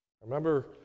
remember